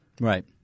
Right